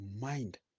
mind